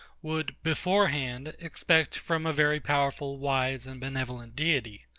would, beforehand, expect from a very powerful, wise, and benevolent deity?